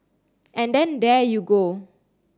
and then there you go